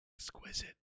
Exquisite